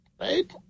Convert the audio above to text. Right